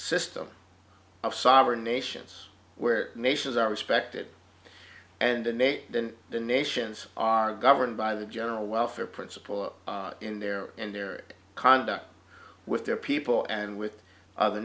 system of sovereign nations where nations are respected and innate then the nations are governed by the general welfare principle in their in their conduct with their people and with other